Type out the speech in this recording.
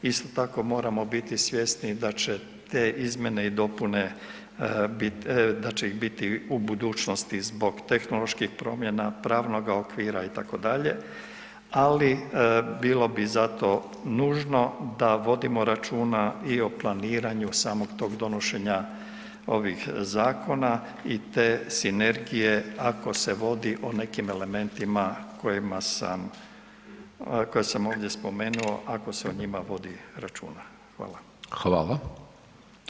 Isto tako moramo biti svjesni da će te izmjene i dopune, da će ih biti u budućnosti zbog tehnoloških promjena, pravnoga okvira itd., ali bilo bi zato nužno da vodimo računa i o planiranju samog tog donošenja ovih zakona i te sinergije ako se vodi o nekim elementima kojima sam, koja sam ovdje spomenuo, ako se o njima vodi računa.